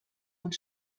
und